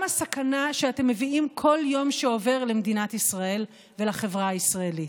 גם לסכנה שאתם מביאים בכל יום שעובר למדינת ישראל ולחברה הישראלית.